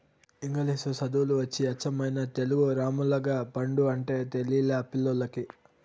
ఇంగిలీసు చదువులు వచ్చి అచ్చమైన తెలుగు రామ్ములగపండు అంటే తెలిలా పిల్లోల్లకి